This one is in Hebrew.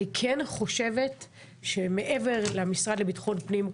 אני כן חושבת שמעבר למשרד לביטחון פנים,